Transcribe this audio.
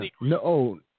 no